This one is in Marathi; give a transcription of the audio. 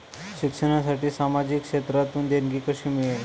शिक्षणासाठी सामाजिक क्षेत्रातून देणगी कशी मिळेल?